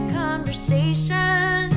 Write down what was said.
conversation